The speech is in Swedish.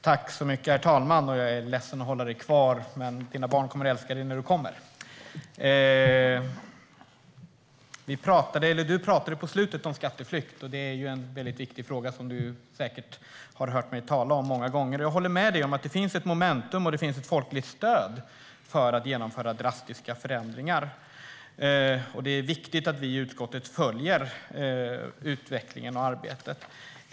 Herr talman! Jag är ledsen att hålla dig kvar genom att begära replik, Erik Ezelius, men dina barn kommer att älska dig när du kommer. Du pratade i slutet av ditt anförande om skatteflykt, och det är ju en väldigt viktig fråga. Du har säkert hört mig tala om detta många gånger. Jag håller med dig om att det finns ett momentum och ett folkligt stöd för att genomföra drastiska förändringar, och det är viktigt att vi i utskottet följer utvecklingen och arbetet.